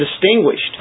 distinguished